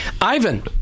Ivan